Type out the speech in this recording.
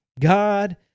God